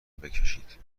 بکشید